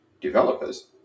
developers